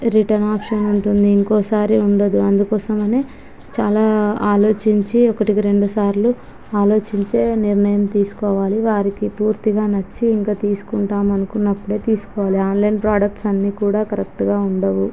return option ఉంటుంది ఇంకోసారి ఉండదు అందుకోసమనే చాలా ఆలోచించి ఒకటికి రెండుసార్లు ఆలోచించే నిర్ణయం తీసుకోవాలి వారికి పూర్తిగా నచ్చి ఇంక తీసుకుంటామనుకునప్పుడే తీసుకోవాలి ఆన్లైన్ ప్రొడక్ట్స్ అన్నీ కూడా కరెక్టుగా ఉండవు